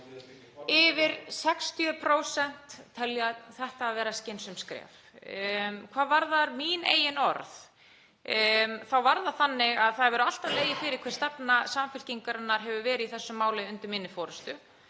Yfir 60% telja þetta vera skynsöm skref. Hvað varðar mín eigin orð þá hefur alltaf legið fyrir hver stefna Samfylkingarinnar hefur verið í þessu máli undir minni forystu.